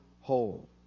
whole